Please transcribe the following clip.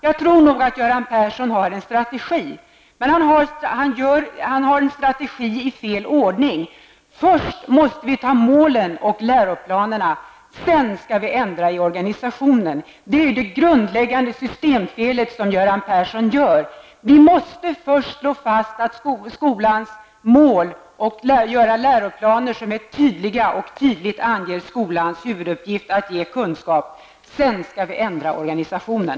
Jag tror nog att Göran Persson har en strategi, men den är en strategi i fel ordning: först ta målen och läroplanen, sedan ändra i organisationen. Detta är det grundläggande systemfel som Göran Persson gör. Vi måste naturligtvis först slå fast skolans mål och göra upp läroplaner som är tydliga och som tydligt anger skolans huvuduppgift: att ge kunskap. Sedan skall vi ändra organisationen.